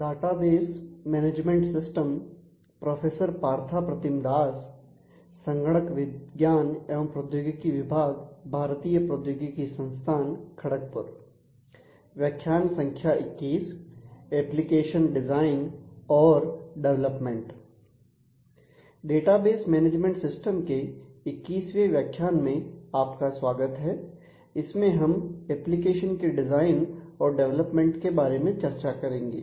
database management system के बारे में चर्चा करेंगे